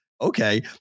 okay